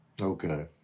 Okay